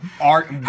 Art